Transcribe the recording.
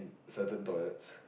certain toilets